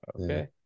Okay